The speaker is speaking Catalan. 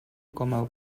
coma